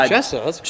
Jessa